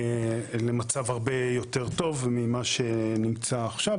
למצב הרבה יותר טוב ממה שנמצא עכשיו.